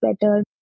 better